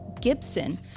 Gibson